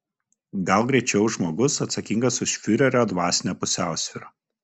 gal greičiau žmogus atsakingas už fiurerio dvasinę pusiausvyrą